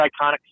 iconic